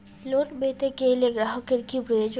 Loan পেতে গেলে গ্রাহকের কি প্রয়োজন?